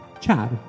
Chad